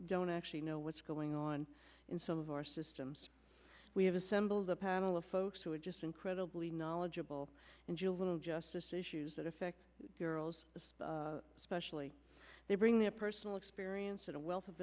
don't actually know what's going on in some of our systems we have assembled a panel of folks who are just incredibly knowledgeable and jill little justice issues that affect girls especially they bring their personal experience a wealth of